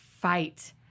fight